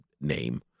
name